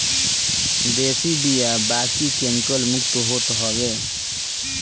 देशी बिया बाकी केमिकल मुक्त होत हवे